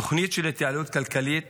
התוכנית של התייעלות כלכלית